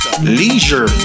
Leisure